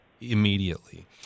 immediately